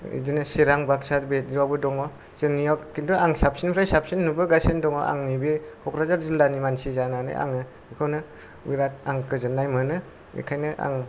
चिरां बाकसा बिदियावबो दङ जोंनियाव खिन्थु साबसिननिफ्राय साबसिन नुबोगासिनो दङ नैबे कक्राझार जिल्लानि मानसि जानानै आङो बेखौनो बेराद गोजोननाय मोनो बेखायनो आं